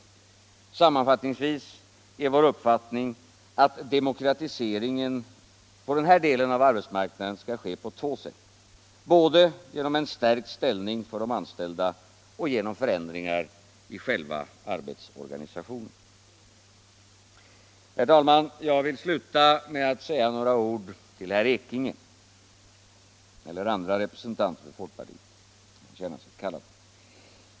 Sammanfattningsvis är vår uppfattning att demokratiseringen av den här delen av arbetsmarknaden skall ske på två sätt, både genom stärkt ställning för de anställda och genom förändringar i själva arbetsorganisationen. Herr talman! Jag vill sluta med att säga några ord till herr Ekinge — även andra representanter från folkpartiet får känna sig träffade.